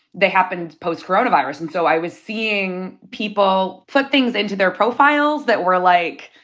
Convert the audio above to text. they happened post coronavirus, and so i was seeing people put things into their profiles that were, like,